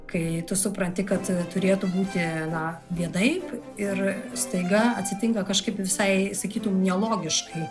kai tu supranti kad turėtų būti na vienaip ir staiga atsitinka kažkaip visai sakytum nelogiškai